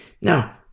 Now